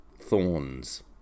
thorns